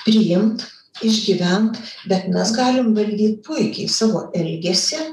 priimt išgyvent bet mes galim valdyt puikiai savo elgesį